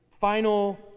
final